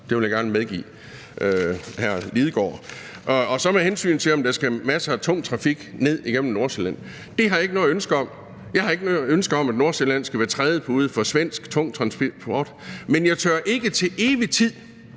det vil jeg gerne medgive hr. Martin Lidegaard. Med hensyn til om der skal masser af tung trafik ned igennem Nordsjælland: Det har jeg ikke noget ønske om. Jeg har ikke noget ønske om, at Nordsjælland skal være trædepude for tung svensk transport, men jeg tør ikke til evig tid